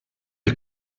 der